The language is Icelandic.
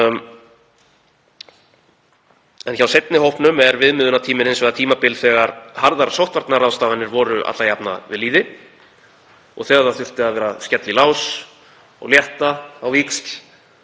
En hjá seinni hópnum er viðmiðunartíminn hins vegar tímabil þegar harðar sóttvarnaráðstafanir voru alla jafna við lýði og þegar það þurfti að skella í lás og létta á víxl